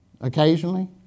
occasionally